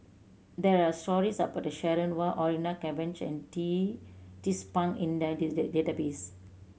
there are stories about Sharon Wee Orfeur Cavenagh and Tee Tzu Pheng in the date database